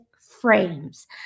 frames